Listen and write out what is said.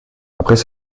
après